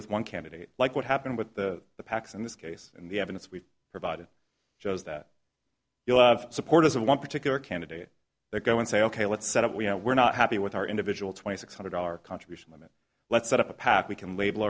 with one candidate like what happened with the pacs in this case and the evidence we've provided shows that you have supporters of one particular candidate that go and say ok let's set up we know we're not happy with our individual twenty six hundred dollar contribution limit let's set up a path we can label